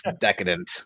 decadent